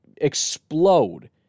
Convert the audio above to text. explode